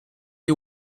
you